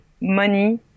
money